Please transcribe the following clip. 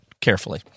carefully